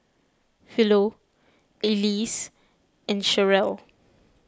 Philo Elise and Cherelle